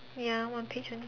ya one page only